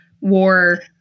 war